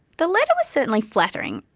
the letter was certainly flattering,